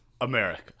America